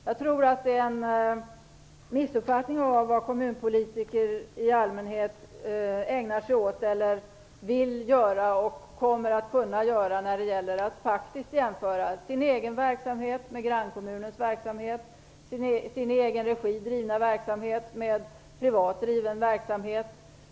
Jag tror att det är en missuppfattning av vad kommunpolitiker i allmänhet kommer att kunna göra genom att faktiskt jämföra den egna verksamheten med grannkommuners verksamhet och den i egen regi bedrivna verksamheten med privat bedriven verksamhet.